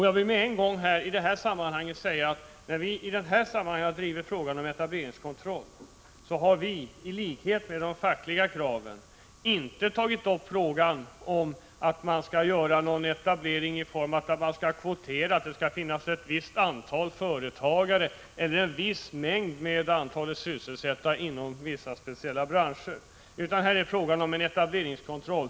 Jag vill då med en gång säga att vi i detta sammanhang — i likhet med de fackliga organisationerna — inte har tagit upp frågan om att kvotering skall förekomma vid etablering av en verksamhet, dvs. att det bara skall finnas ett visst antal företagare eller ett visst antal sysselsatta inom vissa speciella branscher. Här är det i stället fråga om en etableringskontroll.